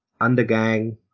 undergang